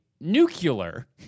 nuclear